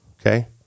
Okay